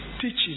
teaching